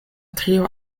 trio